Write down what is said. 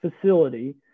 facility